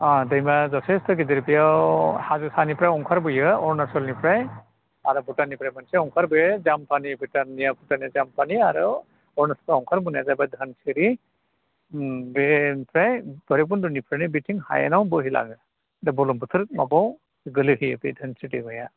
अह दैमाया जथेस्थ गेदेर बेयाव हाजो सानिफ्राय अंखारबोयो अरुणाचलनिफ्राय आरो भुटाननिफ्राय मोनसे अंखारबोयो जामफानि भुटाननिया भुटाननि जामफानि आर अरुणाचलआव ओंखारबोनाया जोबाय धोनसिरि ओम बे ओमफ्राय बैरब खुन्दनिफ्रायनो बेथिं हायेनाव बोहैलाङो दा बुरलुंबुथुर माबाव गोलैहैयो बे धोनसिरि दैमाया